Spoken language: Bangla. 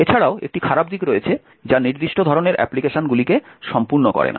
এছাড়াও একটি খারাপ দিক রয়েছে যা নির্দিষ্ট ধরণের অ্যাপ্লিকেশনগুলি সম্পূর্ণ করে না